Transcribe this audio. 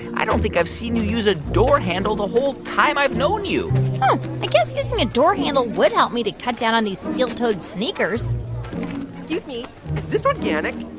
i don't think i've seen you use a door handle the whole time i've known you i guess using a door handle would help me to cut down on these steel-toed sneakers excuse me. is this organic?